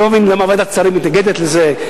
אני לא מבין למה ועדת השרים מתנגדת לזה,